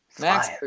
Max